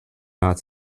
not